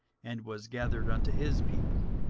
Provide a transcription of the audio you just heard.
and was gathered unto his people